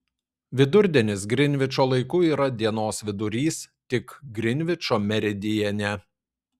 vidurdienis grinvičo laiku yra dienos vidurys tik grinvičo meridiane